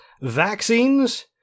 vaccines